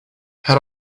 had